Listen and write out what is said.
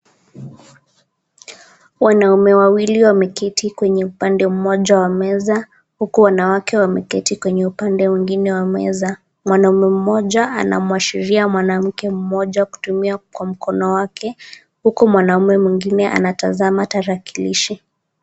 Wanaume wawili wameketi kwenye upande mmoja wa meza, huku wanawake wameketi kwenye upande mwingine wa meza. Mwanaume mmoja anamwashiria mwanamke mmoja kutumia kwa mkono wake, huku mwanaume mwingine anatazama tarakilishi.